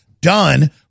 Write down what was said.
done